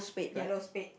yellow spade